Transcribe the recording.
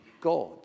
God